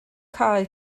cae